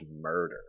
murder